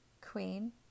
queen